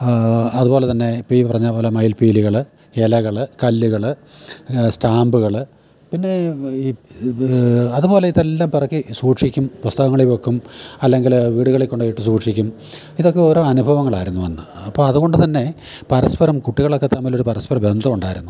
അതുപോലെത്തന്നെ ഇപ്പം ഈ പറഞ്ഞപോലെ മയിൽപ്പീലികൾ ഇലകൾ കല്ലുകൾ സ്റ്റാമ്പുകൾ പിന്നെ അതുപോലെ ഇതെല്ലാം പെറുക്കി സൂക്ഷിക്കും പുസ്തകങ്ങളിൽ വെക്കും അല്ലെങ്കിൽ വീടുകളിൽ കൊണ്ടുപോയിട്ട് സൂക്ഷിക്കും ഇതൊക്കെ ഓരോ അനുഭവങ്ങളായിരുന്നു അന്ന് അപ്പം അതുകൊണ്ട് തന്നെ പരസ്പരം കുട്ടികളൊക്കെ തമ്മിലൊരു പരസ്പര ബന്ധം ഉണ്ടായിരുന്നു